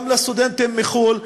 גם לסטודנטים מחו"ל,